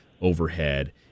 overhead